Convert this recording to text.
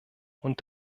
und